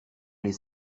les